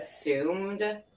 assumed